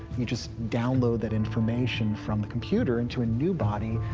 you just download that information from the computer into a new body,